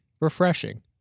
refreshing